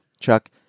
Chuck